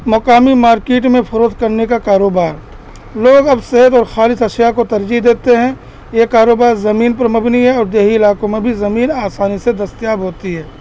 مقامی مارکیٹ میں فروغ کرنے کا کاروبار لوگ اب صت اور خالد اشیاء کو ترجیح دیتے ہیں یہ کاروبار زمین پر مبنی ہے اور دیہی علاقوں میں بھی زمین آسانی سے دستیاب ہوتی ہے